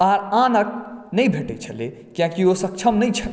आर आनके नहि भेटै छलै कियाकि ओ सक्षम नहि छलै